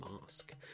mask